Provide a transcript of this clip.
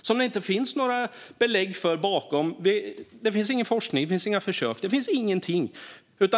som det inte finns några belägg för. Det finns ingen forskning. Det finns inga försök. Det finns ingenting.